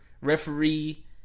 referee